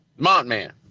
Montman